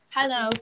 Hello